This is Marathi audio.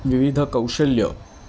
विविध कौशल्य